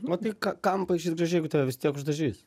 nu o tai ką kam paišyt gražiai jeigu tave vis tiek uždažys